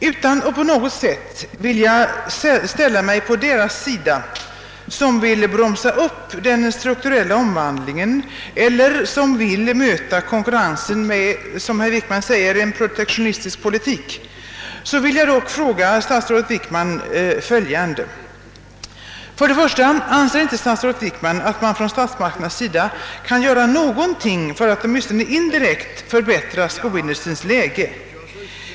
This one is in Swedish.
Utan att på något sätt vilja ställa mig på deras sida som vill bromsa upp den strukturella omvandlingen eller som vill möta konkurrensen med — som herr Wickman säger — en protektionistisk politik vill jag dock ställa följande frågor till statsrådet Wickman: 1. Anser inte statsrådet Wickman att man från statsmakternas sida kan göra någonting för att åtminstone indirekt förbättra skoindustrins läge?